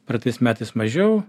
praeitais metais mažiau